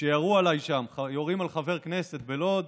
כשירו עליי שם, יורים על חבר כנסת בלוד,